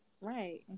Right